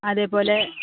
അതേപോലെ